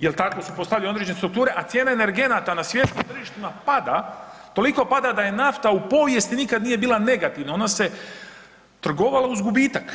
jel tako su postavljene određene strukture, a cijene energenata na svjetskim tržištima pada, toliko pada da nafta u povijesti nikad nije bila negativna, ono se trgovalo uz gubitak.